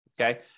okay